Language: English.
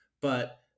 But-